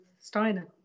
Steiner